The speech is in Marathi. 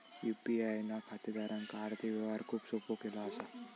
यू.पी.आय ना खातेदारांक आर्थिक व्यवहार खूप सोपो केलो असा